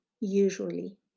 usually